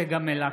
צגה מלקו,